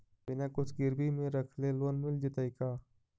बिना कुछ गिरवी मे रखले लोन मिल जैतै का?